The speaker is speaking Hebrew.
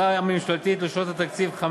הצעת חוק ההתייעלות הכלכלית לשנים 2015